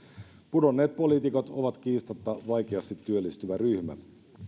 pudonneet poliitikot ovat kiistatta vaikeasti työllistyvä ryhmä